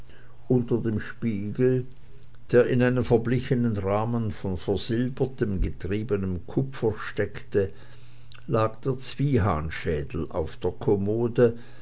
unter dem spiegel der in einem verblichenen rahmen von versilbertem getriebenem kupfer steckte lag der zwiehansschädel auf der kommode